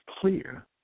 clear